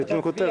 שייתנו כותרת.